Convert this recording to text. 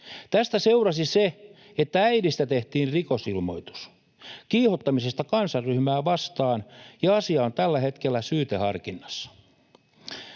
Tästä seurasi se, että äidistä tehtiin rikosilmoitus kiihottamisesta kansanryhmää vastaan ja asia on tällä hetkellä syyteharkinnassa.